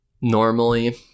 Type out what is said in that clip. normally